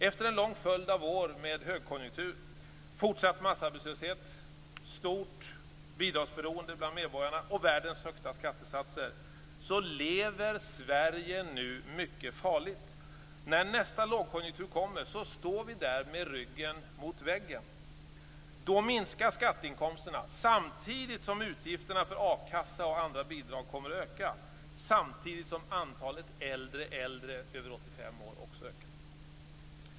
Efter en lång följd av år med högkonjunktur, fortsatt massarbetslöshet, stort bidragsberoende bland medborgarna och världens högsta skattesatser lever Sverige nu mycket farligt. När nästa långkonjunktur kommer står vi där med ryggen mot väggen. Då minskar skatteinkomsterna, samtidigt som utgifterna för akassa och andra bidrag kommer att öka och samtidigt som antalet äldre över 85 år också ökar.